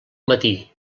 matí